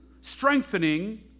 strengthening